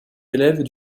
élèves